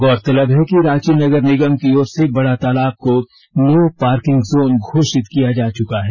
गौरतलब है कि रांची नगर निगम की ओर से बड़ा तालाब को नो पार्किंग जोन घोषित किया जा चुका है